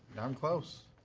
i'm close.